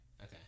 okay